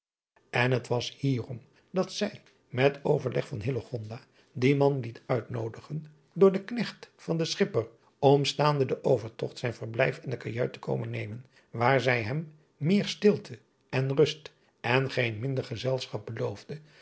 n het was hier om dat zij met overleg van dien man liet uitnoodigen door den knecht van den schipper om staande den overtogt zijn verblijf in de kajuit te komen nemen waar zij hem meer stilte en rust en geen minder gezelschap beloofde